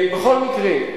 בכל מקרה,